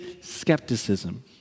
skepticism